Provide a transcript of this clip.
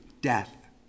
death